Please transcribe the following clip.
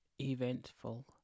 Eventful